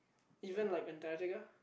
even like Antarctica